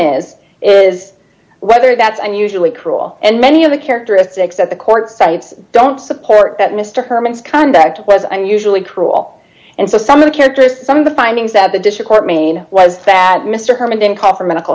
is is whether that's unusually cruel and many of the characteristics that the court cites don't support that mr herman's conduct was unusually cruel and so some of the characters some of the findings that the dish a court made was that mr herman didn't call for medical